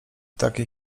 takiej